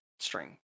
string